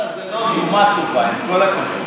אבל הבורסה היא לא דוגמה טובה, עם כל הכבוד.